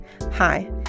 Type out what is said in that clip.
Hi